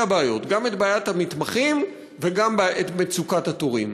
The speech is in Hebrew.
הבעיות: גם את בעיית המתמחים וגם את מצוקת התורים.